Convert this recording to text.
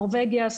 נורבגיה,